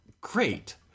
great